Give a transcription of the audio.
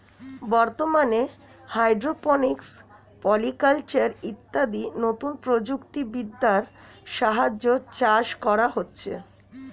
বর্তমানে hydroponics, polyculture ইত্যাদি নতুন প্রযুক্তি বিদ্যার সাহায্যে চাষ করা হচ্ছে